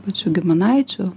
pačių giminaičių